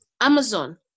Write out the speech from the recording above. amazon